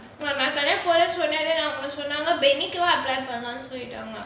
ஏற்கனவே போறேன்னு சொன்னேன்அவங்க சொன்னாங்க:yaerkanavae porenu sonnaen avanga sonnanga